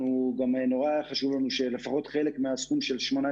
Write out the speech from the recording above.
מה שנכתב הוא שבשנים 2020 עד 2030 אמורים להיות מוקצים 5 מיליארד